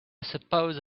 suppose